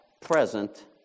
present